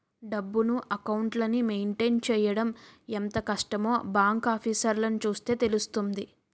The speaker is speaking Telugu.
డబ్బును, అకౌంట్లని మెయింటైన్ చెయ్యడం ఎంత కష్టమో బాంకు ఆఫీసర్లని చూస్తే తెలుస్తుంది